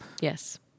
Yes